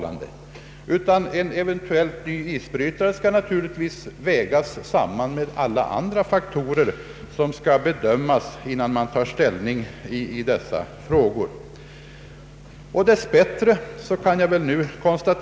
Anskaffandet av en ny isbrytare skall naturligtvis vägas mot alla andra faktorer som skall bedömas innan man tar ställning i denna fråga.